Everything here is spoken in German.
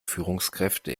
führungskräfte